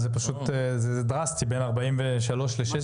זה דרסטי בין 43 ל-16?